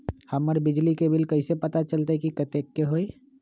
हमर बिजली के बिल कैसे पता चलतै की कतेइक के होई?